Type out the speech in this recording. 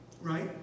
right